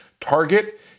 target